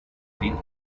fin